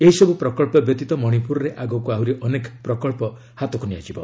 ଏହିସବୁ ପ୍ରକଳ୍ପ ବ୍ୟତୀତ ମଣିପୁରରେ ଆଗକୁ ଆହୁରି ଅନେକ ପ୍ରକଳ୍ପ ହାତକୁ ନିଆଯିବ